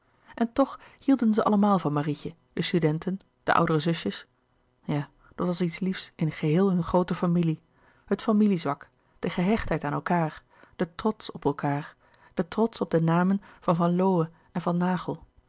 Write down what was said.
en toch hielden ze allemaal van marietje de studenten de oudere zusjes ja dat was iets liefs in geheel hunne groote familie het familie zwak de gehechtheid aan elkaâr de trots op elkaâr de trots op de namen van van lowe en van naghel